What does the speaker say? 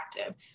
active